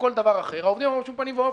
כל דבר אחר והעובדים אמרו: בשום פנים ואופן,